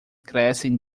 crescem